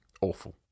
awful